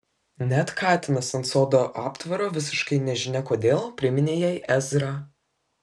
net katinas ant sodo aptvaro visiškai nežinia kodėl priminė jai ezrą